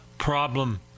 problem